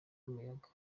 y’umuyaga